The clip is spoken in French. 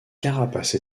carapace